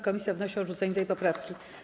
Komisja wnosi o odrzucenie tej poprawki.